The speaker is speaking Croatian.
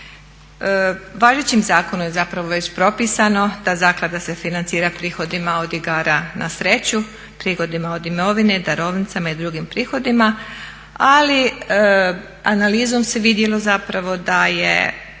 Važećim zakonom je zapravo već propisano da zaklada se financira prihodima od igara na sreću, prilozima od imovine, darovnicama i drugim prihodima ali analizom se vidjelo zapravo da je